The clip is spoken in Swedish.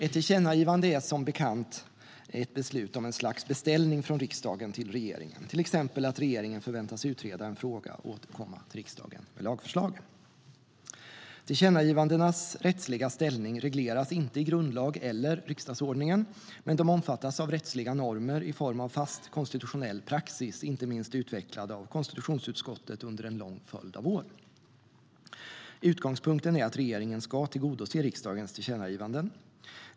Ett tillkännagivande är som bekant ett beslut om ett slags beställning från riksdagen till regeringen, till exempel att regeringen förväntas utreda en fråga och återkomma till riksdagen med lagförslag. Tillkännagivandens rättsliga ställning regleras inte i grundlag eller riksdagsordningen, men de omfattas av rättsliga normer i form av fast konstitutionell praxis, inte minst utvecklad av konstitutionsutskottet under en lång följd av år. Utgångspunkten är att regeringen ska tillgodose riksdagens tillkännagivanden.